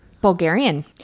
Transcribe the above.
bulgarian